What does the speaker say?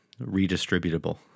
redistributable